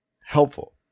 helpful